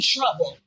trouble